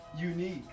Unique